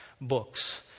books